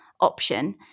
option